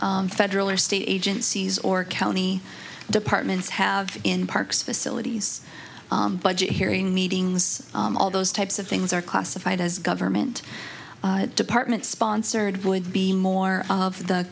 other federal or state agencies or county departments have in parks facilities budget hearing meetings all those types of things are classified as government department sponsored would be more of the